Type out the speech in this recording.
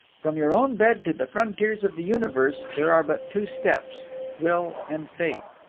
from your own bed to the frontiers of the universe there are but two steps will and faith.